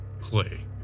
play